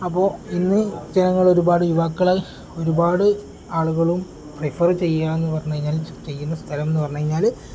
അപ്പോൾ ഇന്ന് ജനങ്ങൾ ഒരുപാട് യുവാക്കൾ ഒരുപാട് ആളുകളും പ്രിഫർ ചെയ്യുക എന്നു പറഞ്ഞു കഴിഞ്ഞാൽ ചെയ്യുന്ന സ്ഥലം എന്നു പറഞ്ഞു കഴിഞ്ഞാൽ